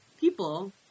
people